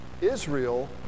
Israel